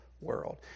world